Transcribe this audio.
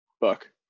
Book